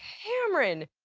cameron!